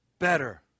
better